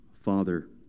father